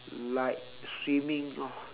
like swimming lor